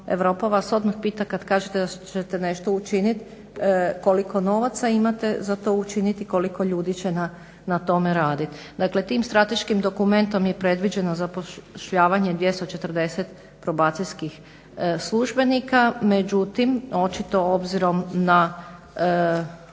Europa vas odmah pita kad kažete da ćete nešto učinit, koliko novaca imate za to učiniti i koliko ljudi će na tome raditi. Dakle tim strateškim dokumentom je predviđeno zapošljavanje 240 probacijskih službenika, međutim očito obzirom na